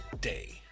day